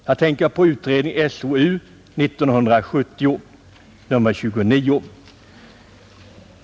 Jag avser utredningen SOU 1970:29.